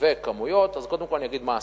לשווק כמויות, אז קודם כול אני אגיד מה עשינו.